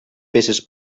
peces